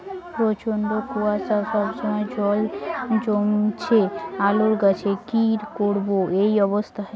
প্রচন্ড কুয়াশা সবসময় জল জমছে আলুর গাছে কি করব এই অবস্থায়?